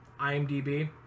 IMDb